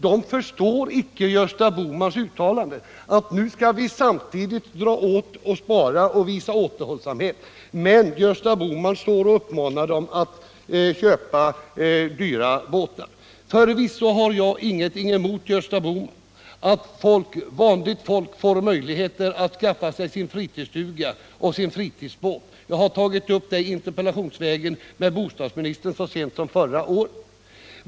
De förstår icke Gösta Bohmans uttalande att de nu skall spara och visa återhållsamhet samtidigt som han uppmanar dem att köpa dyra båtar. Förvisso har jag ingenting emot, Gösta Bohman, att vanligt folk Får möjligheter att skaffa sig fritidsstuga och fritidsbåt. Jag har tagit upp den saken interpellationsvägen med bostadsministern så sent som förra året.